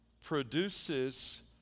produces